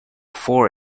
four